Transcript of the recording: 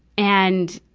and,